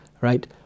right